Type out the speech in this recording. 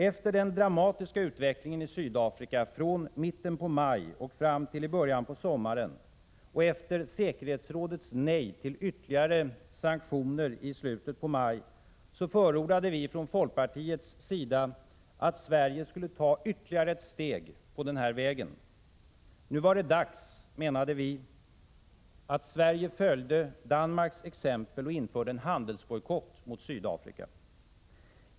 Efter den dramatiska utvecklingen i Sydafrika från mitten av maj till början på sommaren, och efter säkerhetsrådets nej till ytterligare sanktioner i slutet av maj, förordade vi från folkpartiets sida att Sverige skulle ta ytterligare ett steg på denna väg. Nu var det dags, menade vi, att Sverige följde Danmarks exempel och införde en handelsbojkott mot Sydafrika.